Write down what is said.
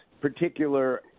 particular –